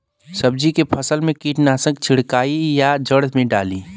सब्जी के फसल मे कीटनाशक छिड़काई या जड़ मे डाली?